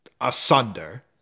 asunder